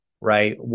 right